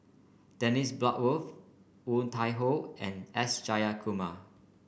Dennis Bloodworth Woon Tai Ho and S Jayakumar